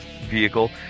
vehicle